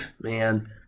man